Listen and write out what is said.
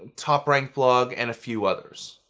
top rank blog, and a few others.